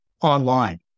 online